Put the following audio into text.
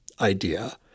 idea